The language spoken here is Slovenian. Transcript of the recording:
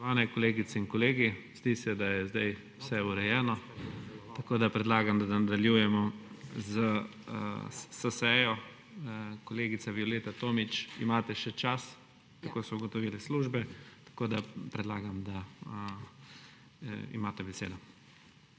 Zdi se, da je zdaj vse urejano, tako da predlagam, da nadaljujemo s sejo. Kolegica Violeta Tomić, imate še čas, tako so ugotovile službe. Predlagam, da imate besedo.